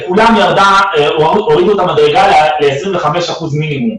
לכולם הורידו את המדרגה ל-25 אחוזים מינימום.